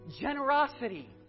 generosity